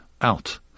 out